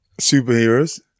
Superheroes